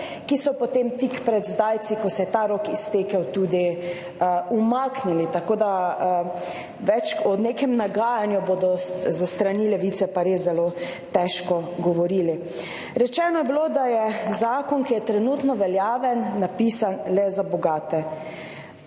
ki so potem tik pred zdajci, ko se je ta rok iztekel, tudi umaknili. Tako, da več o nekem nagajanju bodo s strani Levice pa res zelo težko govorili. Rečeno je bilo, da je zakon, ki je trenutno veljaven, napisan le za bogate.